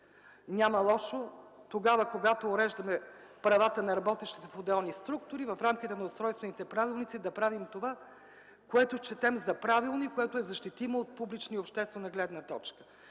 Няма лошо, когато уреждаме правата на работещите в отделни структури, в рамките на устройствените правилници да правим това, което счетем за правилно и е защитимо от публична и обществена гледна точка.